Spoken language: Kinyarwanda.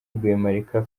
rwemarika